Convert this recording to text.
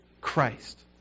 Christ